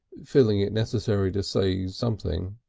feeling it necessary to say something.